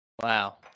Wow